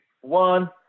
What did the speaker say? one